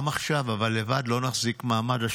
גם עכשיו, אבל לבד לא נחזיק מעמד.